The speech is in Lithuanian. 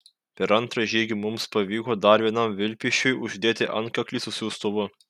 per antrą žygį mums pavyko dar vienam vilpišiui uždėti antkaklį su siųstuvu